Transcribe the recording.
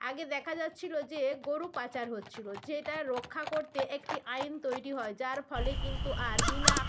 আগে দেখা যাচ্ছিল যে গরু পাচার হচ্ছিল যেটা রক্ষা করতে একটি আইন তৈরী হয় যার ফলে কিন্তু আর বিনা